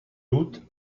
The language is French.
doute